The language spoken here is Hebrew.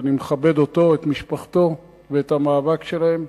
ואני מכבד אותו, את משפחתו ואת המאבק שלהם,